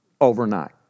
overnight